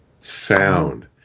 sound